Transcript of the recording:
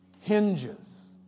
hinges